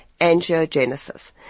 angiogenesis